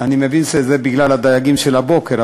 אני מבין שזה בגלל הדייגים של הבוקר,